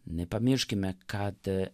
nepamirškime kad